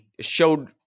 showed